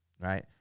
right